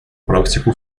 практику